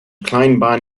kleinbahn